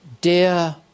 Dear